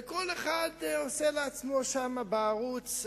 וכל אחד עושה לעצמו שם בערוץ,